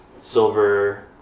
Silver